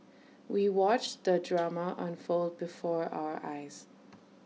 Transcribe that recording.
we watched the drama unfold before our eyes